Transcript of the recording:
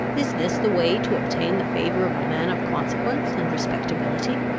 is this the way to obtain the favour of a man of consequence and respectability?